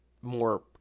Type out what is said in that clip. more